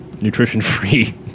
nutrition-free